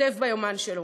כתב ביומן שלו: